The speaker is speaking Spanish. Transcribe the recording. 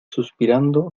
suspirando